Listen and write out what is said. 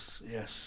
yes